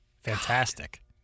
Fantastic